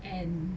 and